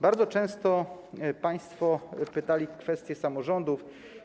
Bardzo często państwo pytali o kwestie samorządów.